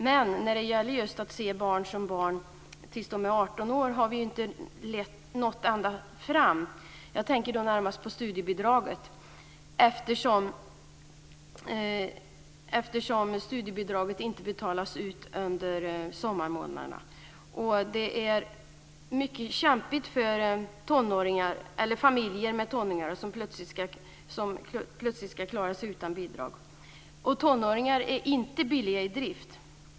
Men när det gäller att se barn som barn tills de är 18 år, har vi inte nått ända fram. Jag tänker närmast på studiebidraget. Studiebidraget betalas inte ut under sommarmånaderna. Det är mycket kämpigt för familjer med tonåringar som plötsligt ska klara sig utan bidrag. Tonåringar är inte billiga i drift.